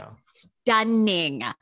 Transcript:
stunning